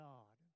God